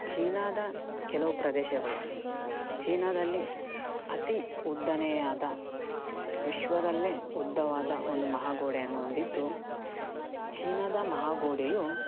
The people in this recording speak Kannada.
ಚೀನಾದ ಕೆಲವು ಪ್ರದೇಶಗಳು ಚೀನಾದಲ್ಲಿ ಅತೀ ಉದ್ದನೇಯಾದ ವಿಶ್ವದಲ್ಲೇ ಉದ್ದವಾದ ಒಂದು ಮಹಾಗೋಡೆಯನ್ನು ಹೊಂದಿದ್ದು ಚೀನಾದ ಮಹಾಗೋಡೆಯು